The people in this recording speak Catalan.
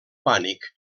pànic